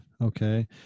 okay